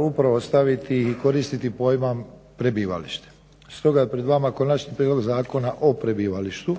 upravo staviti i koristiti pojam prebivalište. Stoga je pred vama Konačni prijedlog zakona o prebivalištu.